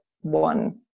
one